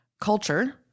culture